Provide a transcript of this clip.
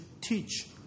teach